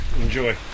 Enjoy